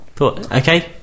Okay